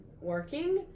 working